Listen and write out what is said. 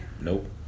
Nope